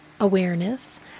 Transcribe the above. awareness